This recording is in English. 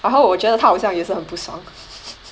然后我觉得他好像也是很不爽